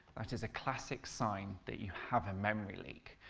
that is a classic sign that you have a memory leak.